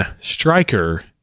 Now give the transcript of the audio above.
Striker